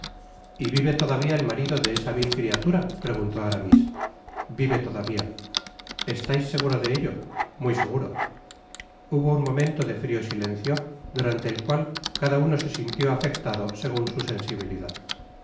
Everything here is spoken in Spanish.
y vive todavia el marido de esa vil criatura preguntó aramis vive todavia estais seguro de ello muy seguro hubo ud momento de frio silencio durante el cual cada uno se sintió afectado segun su sensibilidad